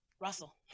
Russell